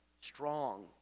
strong